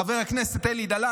חבר הכנסת אלי דלל,